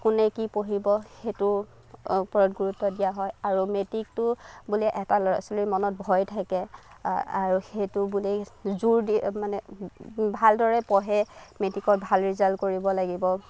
কোনে কি পঢ়িব সেইটো ওপৰত গুৰুত্ব দিয়া হয় আৰু মেট্ৰিকটো বোলে এটা ল'ৰা ছোৱালীয়ৰ মনত ভয় থাকে আৰু সেইটো বুলি জোৰ দিয়ে মানে ভালদৰে পঢ়ে মেট্ৰিকত ভাল ৰিজাল্ট কৰিব লাগিব